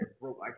broke